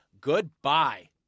Goodbye